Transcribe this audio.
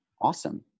Awesome